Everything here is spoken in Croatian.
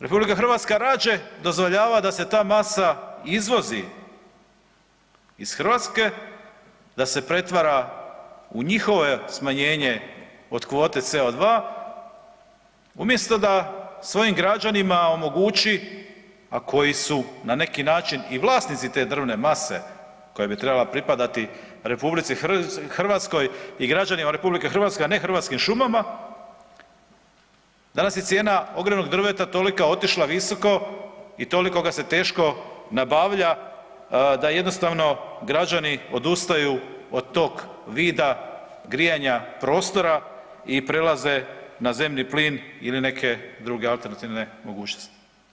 RH rađe dozvoljava da se ta masa izvozi iz Hrvatske, da se pretvara u njihovo smanjenje od kvote CO2 umjesto da svojim građanima omogući, a koji su na neki način i vlasnici te drvne mase koja bi trebala pripadati RH i građanima RH, a ne Hrvatskim šumama, danas je cijena ogrjevnog drveta toliko otišla visoko i toliko ga se teško nabavlja da jednostavno građani odustaju od tog vida grijanja prostora i prelaze na zemni plin ili neke druge alternativne mogućnosti.